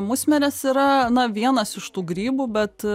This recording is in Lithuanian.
musmirės yra na vienas iš tų grybų bet